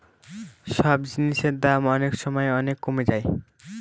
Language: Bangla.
সব জিনিসের দাম অনেক সময় অনেক কমে যায়